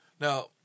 Now